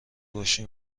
باشه